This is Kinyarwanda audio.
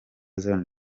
zion